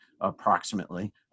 approximately